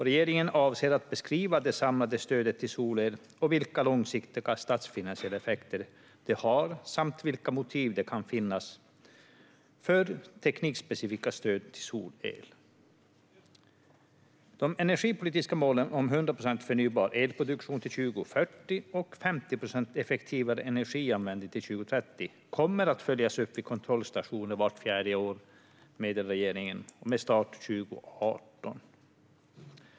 Regeringen avser att beskriva det samlade stödet till solel och vilka långsiktiga statsfinansiella effekter det har samt vilka motiv det kan finnas för teknikspecifika stöd till solel. De energipolitiska målen om 100 procent förnybar elproduktion till 2040 och 50 procent effektivare energianvändning till 2030 kommer att följas upp vid kontrollstationer vart fjärde år, meddelar regeringen, med start 2018.